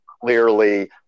clearly